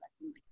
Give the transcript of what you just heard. lesson